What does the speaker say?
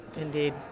indeed